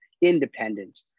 independent